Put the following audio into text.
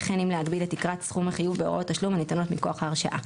וכן אם להגביל את תקרת סכום החיוב בהוראות תשלום הניתנות מכוח ההרשאה.